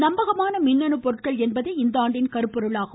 நம்பகமான மின்னணு பொருட்கள் என்பதே இந்தாண்டின் கருப்பொருளாகும்